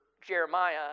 Jeremiah